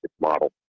model